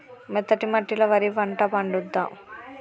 మెత్తటి మట్టిలో వరి పంట పండుద్దా?